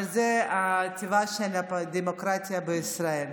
אבל זה טבעה של הדמוקרטיה בישראל.